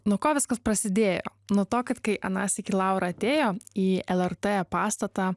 nuo ko viskas prasidėjo nuo to kad kai anąsyk laura atėjo į lrt pastatą